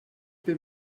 bin